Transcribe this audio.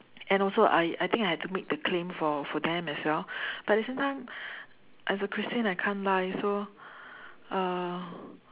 and also I I think I have to make the claim for for them as well but at the same time as a Christian I can't lie so uh